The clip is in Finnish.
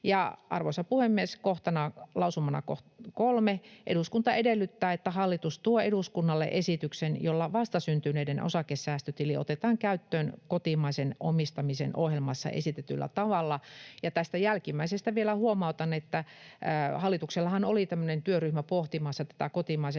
arvoisa puhemies, lausumana 3: ”Eduskunta edellyttää, että hallitus tuo eduskunnalle esityksen, jolla vastasyntyneiden osakesäästötili otetaan käyttöön kotimaisen omistamisen ohjelmassa esitetyllä tavalla.” Tästä jälkimmäisestä vielä huomautan, että hallituksellahan oli tämmöinen työryhmä pohtimassa kotimaisen